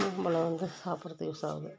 மாம்பழம் வந்து சாப்பிட்றதுக்கு யூஸ் ஆகுது